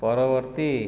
ପରବର୍ତ୍ତୀ